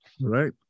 Right